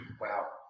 Wow